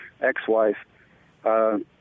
ex-wife